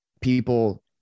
people